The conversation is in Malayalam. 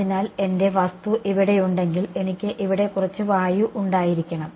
അതിനാൽ എന്റെ വസ്തു ഇവിടെയുണ്ടെങ്കിൽ എനിക്ക് ഇവിടെ കുറച്ച് വായു ഉണ്ടായിരിക്കണം